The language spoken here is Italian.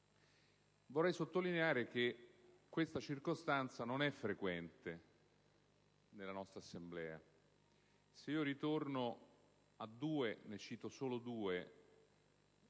Vorrei sottolineare che questa circostanza non è frequente nella nostra Assemblea, e ricordo solo due